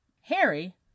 Harry